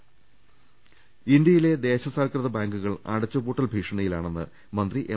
് ഇന്ത്യയിലെ ദേശസാൽകൃത ബാങ്കുകൾ അടച്ചുപൂട്ടൽ ഭീഷണി യിലാണെന്ന് മന്ത്രി എം